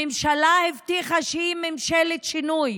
הממשלה הבטיחה שהיא ממשלת שינוי,